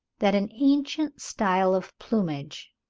that an ancient style of plumage,